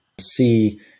see